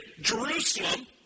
Jerusalem